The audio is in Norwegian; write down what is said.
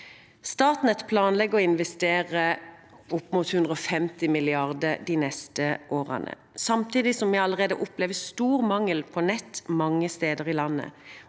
Statnett planlegger å investere opp mot 150 mrd. kr de neste årene, samtidig som vi allerede opplever stor mangel på nett mange steder i landet.